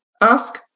ask